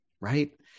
right